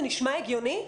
זה נשמע הגיוני?